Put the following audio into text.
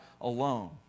alone